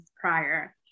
prior